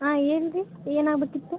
ಹಾಂ ಏನು ರೀ ಏನಾಗಬೇಕಿತ್ತು